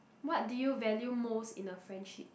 what do you value most in a friendship